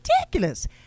ridiculous